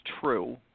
true